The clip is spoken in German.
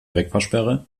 wegfahrsperre